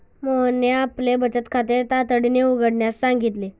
मोहनने आपले बचत खाते तातडीने उघडण्यास सांगितले